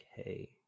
okay